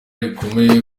rikomeye